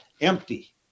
empty